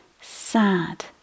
sad